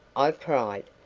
i cried,